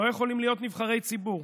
לא יכולים להיות נבחרי ציבור.